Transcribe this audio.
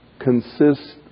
consists